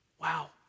Wow